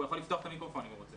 אני רוצה